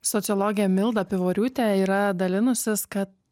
sociologė milda pivoriūtė yra dalinusis kad